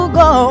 go